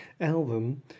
album